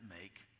make